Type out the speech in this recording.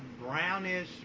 brownish